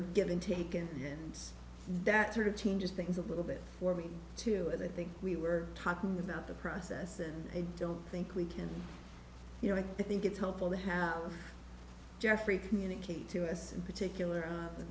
of give and take and and that sort of changes things a little bit for me too and i think we were talking about the process and i don't think we can you know i think it's helpful to have jeffrey communicate to us in particular